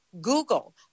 Google